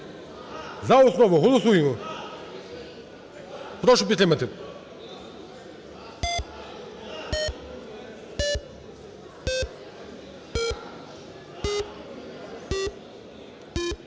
За основу, голосуємо. Прошу підтримати.